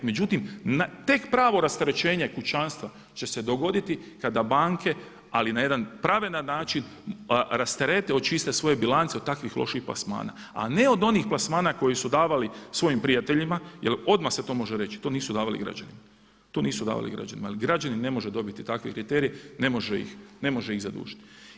Međutim, tek pravo rasterećenje kućanstva će se dogoditi kada banke ali na jedan pravedan način rasterete, očiste svoje bilance od takvih loših plasmana a ne od onih plasmana koje su davali svojim prijateljima, jer odmah se to može reći, to nisu davali građanima, to nisu davali građanima jer građanin ne može dobiti takve kriterije, ne može iz zadužiti.